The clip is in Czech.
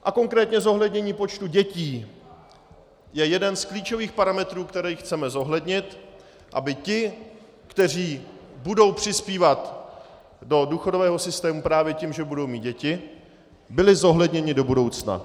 A konkrétně zohlednění počtu dětí je jeden z klíčových parametrů, které chceme zohlednit, aby ti, kteří budou přispívat do důchodového systému právě tím, že budou mít děti, byli zohledněni do budoucna.